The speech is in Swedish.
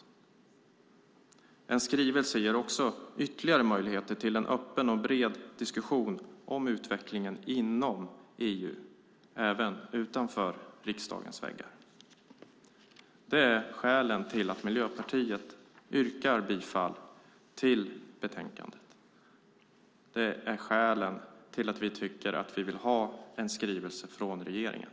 En skrivelse ger också ytterligare möjligheter till en öppen och bred diskussion om utvecklingen inom EU, även utanför riksdagens väggar. Det är skälen till att Miljöpartiet yrkar bifall till förslaget i betänkandet. Det är skälen till att vi vill ha en skrivelse från regeringen.